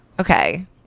Okay